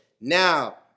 now